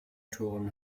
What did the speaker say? toren